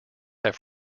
have